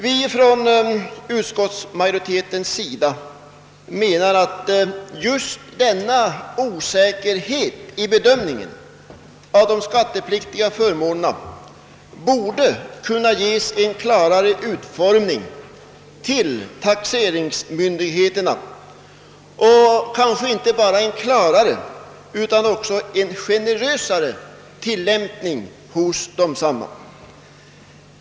Vi inom utskottsmajoriteten finner det olyckligt med denna osäkerhet i bedömningen av vad som är skattepliktig förmån, och vi anser att anvisningarna till taxeringsmyndigheterna borde kunna ges en klarare utformning och att tillämpningen dessutom borde kunna göras mera generös.